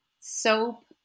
soap